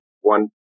one